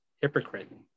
hypocrite